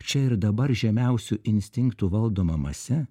čia ir dabar žemiausių instinktų valdoma mase